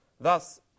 Thus